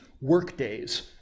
workdays